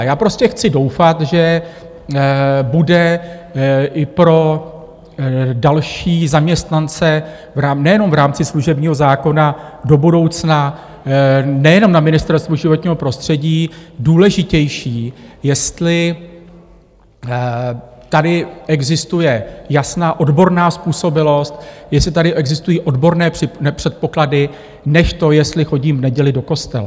Já chci doufat, že bude i pro další zaměstnance, nejenom v rámci služebního zákona do budoucna, nejenom na Ministerstvu životního prostředí důležitější, jestli tady existuje jasná odborná způsobilost, jestli tady existují odborné předpoklady, než to, jestli chodím v neděli do kostela.